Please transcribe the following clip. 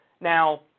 Now